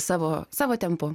savo savo tempu